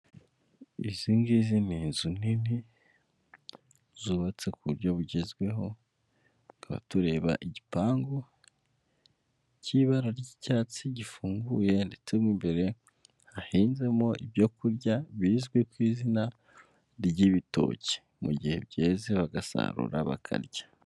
Izingizi ni inzu nini zubatse ku buryo bugezweho tukaba batureba igipangu cy'ibara ry'icyatsi gifunguye ndetse n'imbere hahinzemo ibyokurya bizwi ku izina ry'ibitoki mu gihe byeze bagasarura bakarya.